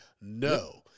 no